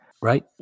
right